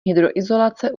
hydroizolace